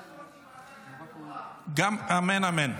--- אמן, אמן.